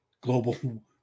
global